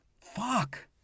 Fuck